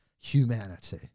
humanity